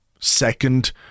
second